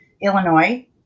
Illinois